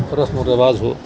رسم و رواج ہو